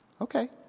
Okay